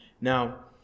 Now